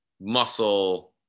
muscle